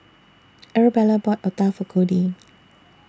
Arabella bought Otah For Cody